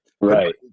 Right